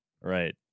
Right